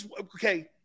okay